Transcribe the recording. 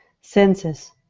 senses